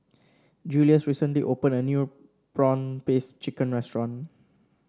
Julious recently opened a new prawn paste chicken restaurant